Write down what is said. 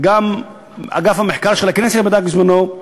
וגם מרכז המחקר של הכנסת בדק בזמנו,